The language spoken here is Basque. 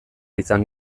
izan